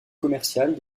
commerciale